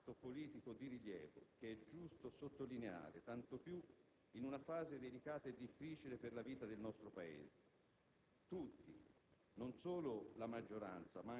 Nel dibattito alla Camera si è registrato un fatto politico di rilievo che è giusto sottolineare, tanto più in una fase delicata e difficile per la vita del nostro Paese.